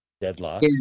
deadlock